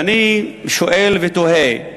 ואני שואל ותוהה,